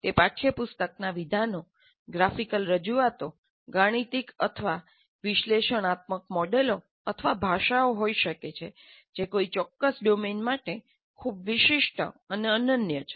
તે પાઠ્યપુસ્તકનાં વિધાનો ગ્રાફિકલ રજૂઆતો ગાણિતિક અથવા વિશ્લેષણાત્મક મોડેલો અથવા ભાષાઓ હોઈ શકે છે જે કોઈ ચોક્કસ ડોમેન માટે ખૂબ વિશિષ્ટ અને અનન્ય છે